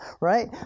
right